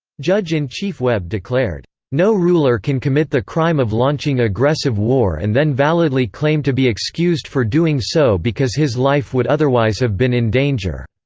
judge-in-chief webb declared, no ruler can commit the crime of launching aggressive war and then validly claim to be excused for doing so because his life would otherwise have been in danger.